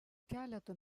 keleto